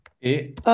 et